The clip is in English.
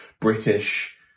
British